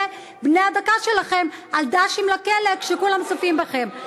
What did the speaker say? בני הדקה שלכם על ד"שים לכלא כשכולם צופים בכם.